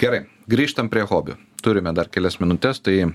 gerai grįžtam prie hobių turime dar kelias minutes tai